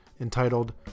entitled